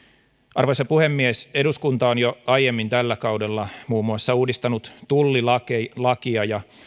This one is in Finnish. arvoisa puhemies eduskunta on jo aiemmin tällä kaudella muun muassa uudistanut tullilakia ja